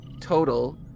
total